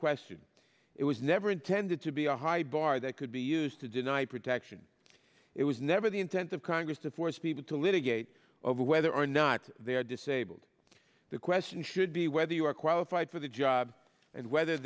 question it was never intended to be a high bar that could be used to deny protection it was never the intent of congress to force people to litigate over whether or not they are disabled the question should be whether you are qualified for the job and whether